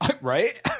Right